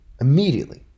immediately